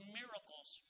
miracles